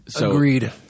Agreed